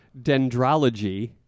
dendrology